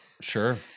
Sure